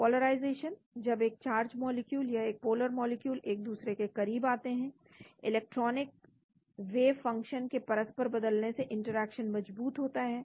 polarisation जब एक charge molecule या एक पोलर मॉलिक्यूल एक दूसरे के करीब आते हैं इलेक्ट्रॉनिक वेवफंक्शन के परस्पर बदलने से इंटरेक्शन मजबूत होता है